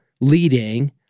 leading